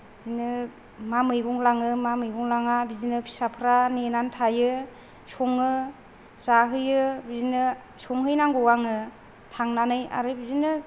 बिदिनो मा मैगं लाङो मा मैगं लाङा बिदिनो फिसाफ्रा नेनानै थायो सङो जाहैयो बिदिनो संहैनांगौ आङो थांनानै आरो बिदिनो